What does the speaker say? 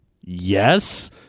yes